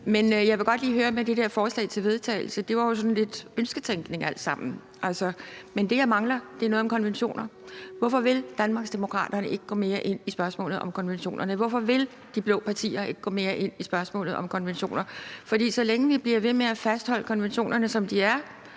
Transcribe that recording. Men jeg vil godt lige høre om noget i forhold til det der forslag til vedtagelse. Det var jo alt sammen sådan lidt ønsketænkning. Det, jeg mangler, er noget om konventioner. Hvorfor vil Danmarksdemokraterne ikke gå mere ind i spørgsmålet om konventionerne? Hvorfor vil de blå partier ikke gå mere ind i spørgsmålet om konventionerne? For så længe vi bliver ved med at fastholde konventionerne, som de er,